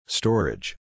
Storage